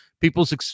people's